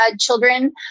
children